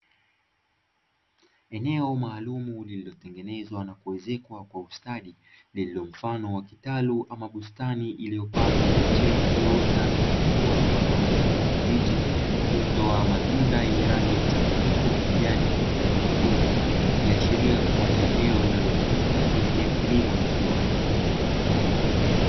Eneo maalumu lililotengenezwa na kuezekwa kwa ustadi lililomfano wa kitalu ama bustani iliyopandwa miche iliyoota na kuchipua kwa rangi ya kijani kibichi, iliyotoa matunda yeneye rangi mchanganyiko kijani pamoja nyekundu, ikiashiria kuwa ni eneo linalotumika kwa ajili ya kilimo cha viwanda.